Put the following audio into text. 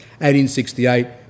1868